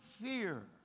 fear